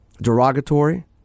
derogatory